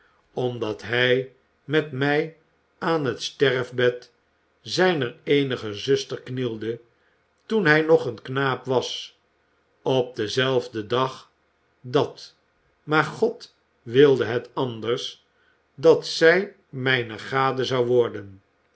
omdat hij met mij aan het sterfbed zijner eenige zuster knielde toen hij nog een knaap was op denzelfden dag dat maar god wilde het anders dat zij mijne gade zou worden